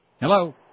Hello